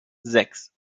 sechs